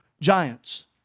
giants